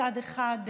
מצד אחד,